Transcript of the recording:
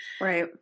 Right